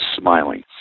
smiling